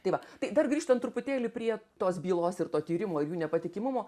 tai va tai dar grįžtant truputėlį prie tos bylos ir to tyrimo ir jų nepatikimumo